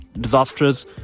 disastrous